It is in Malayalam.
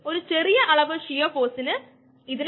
Y ഇന്റർസെപ്റ്റ് എന്നത് 1 vm ഉം സ്ലോപ്പ് എന്നത് K m v m ഉം ആണ്